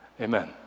Amen